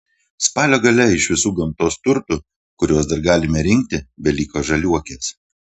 spalio gale iš visų gamtos turtų kuriuos dar galime rinkti beliko žaliuokės